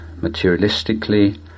materialistically